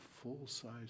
full-size